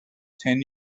ten